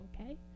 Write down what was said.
okay